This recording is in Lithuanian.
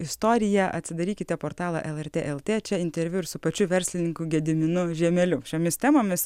istorija atsidarykite portalą lrt lt čia interviu ir su pačiu verslininku gediminu žiemeliu šiomis temomis